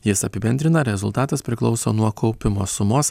jis apibendrina rezultatas priklauso nuo kaupimo sumos